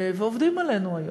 ועובדים עלינו היום.